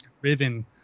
driven